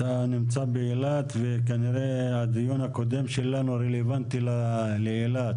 אתה נמצא באילת וכנראה הדיון הקודם שלנו רלוונטי לאילת,